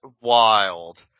wild